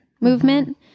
movement